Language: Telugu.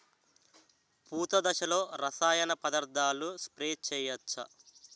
పూత దశలో రసాయన పదార్థాలు స్ప్రే చేయచ్చ?